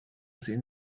sehen